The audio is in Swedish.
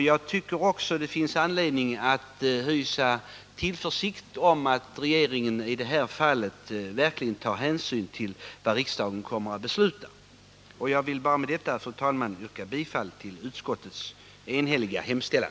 Jag tycker också att det finns anledning att hysa tillförsikt om att regeringen i det här fallet verkligen tar hänsyn till vad riksdagen kommer att besluta. Jag vill med detta, fru talman, yrka bifall till utskottets enhälliga hemställan.